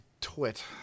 twit